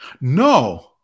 no